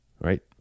right